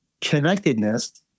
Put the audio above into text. connectedness